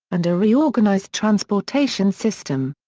and a reorganized transportation system.